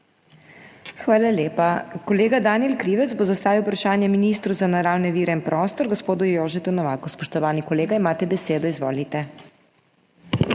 poslancev. Kolega Žan Mahnič bo zastavil vprašanje ministru za naravne vire in prostor gospodu Jožetu Novaku. Spoštovani kolega, imate besedo. Izvolite. **ŽAN